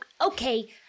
Okay